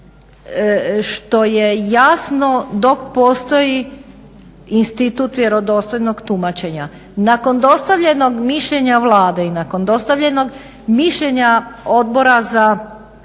što je jasno dok postoji institut vjerodostojnog tumačenja, nakon dostavljenog mišljenja Vlade i nakon dostavljenog mišljenja Odbora za